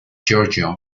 georgia